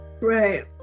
Right